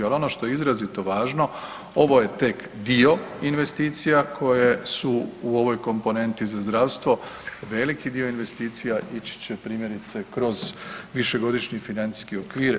Al ono što je izrazito važno, ovo je tek dio investicija koje su u ovoj komponenti za zdravstvo, veliki dio investicija ići će primjerice kroz višegodišnji financijski okvir.